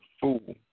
fool